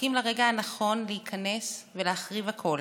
ומחכים לרגע הנכון להיכנס ולהחריב הכול,